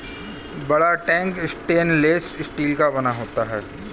बड़ा tank stainless steel का बना होता है